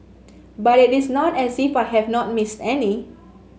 but it is not as if I have not missed any